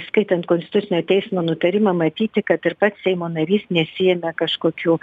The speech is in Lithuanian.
skaitant konstitucinio teismo nutarimą matyti kad ir pats seimo narys nesiėmė kažkokių